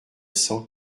cent